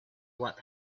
what